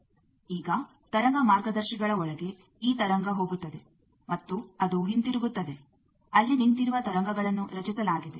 ಈಗ ತರಂಗ ಮಾರ್ಗದರ್ಶಿಗಳ ಒಳಗೆ ಈ ತರಂಗ ಹೋಗುತ್ತದೆ ಮತ್ತು ಅದು ಹಿಂತಿರುಗುತ್ತದೆ ಅಲ್ಲಿ ನಿಂತಿರುವ ತರಂಗಗಳನ್ನು ರಚಿಸಲಾಗಿದೆ